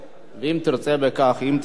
אם תהיה תשובתו נגד,